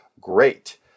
great